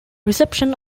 reception